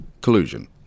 collusion